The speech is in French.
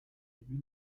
début